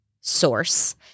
source